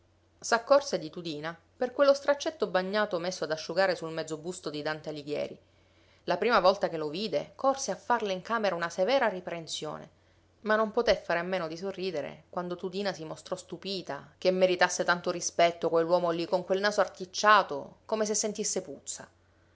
di tudina per quello straccetto bagnato messo ad asciugare sul mezzo busto di dante alighieri la prima volta che lo vide corse a farle in camera una severa riprensione ma non poté fare a meno di sorridere quando tudina si mostrò stupita che meritasse tanto rispetto quell'uomo lì con quel naso articciato come se sentisse puzza